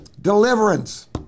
deliverance